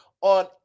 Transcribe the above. on